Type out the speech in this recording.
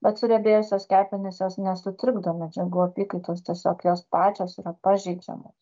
bet suriebėjusios kepenys jos nesutrikdo medžiagų apykaitos tiesiog jos pačios yra pažeidžiamos